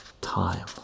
time